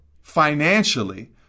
financially